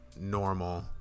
normal